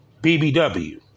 BBW